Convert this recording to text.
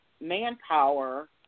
manpower